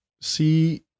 see